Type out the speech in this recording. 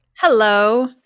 Hello